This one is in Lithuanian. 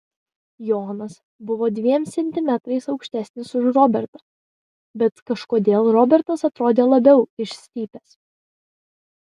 jonas buvo dviem centimetrais aukštesnis už robertą bet kažkodėl robertas atrodė labiau išstypęs